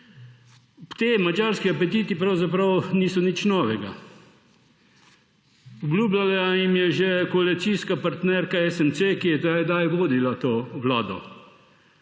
Ti madžarski apetiti pravzaprav niso nič novega. Obljubljala jim je že koalicijska partnerka SMC, ki je vodila vlado;